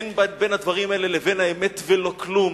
אין בין הדברים האלה לבין האמת ולא כלום,